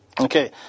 Okay